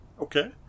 Okay